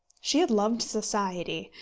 she had loved society,